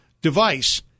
device